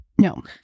No